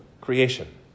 creation